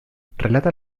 relata